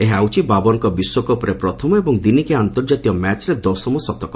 ଏହା ହେଉଛି ବାବରଙ୍କ ବିଶ୍ୱକପ୍ରେ ପ୍ରଥମ ଏବଂ ଦିନିକିଆ ଅନ୍ତର୍ଜାତୀୟ ମ୍ୟାଚ୍ରେ ଦଶମ ଶତକ